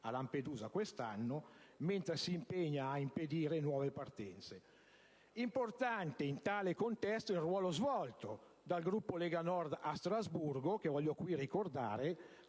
a Lampedusa quest'anno, mentre si impegna a impedire nuove partenze. Importante, in tale contesto, il ruolo svolto dal Gruppo Lega Nord a Strasburgo, con la presentazione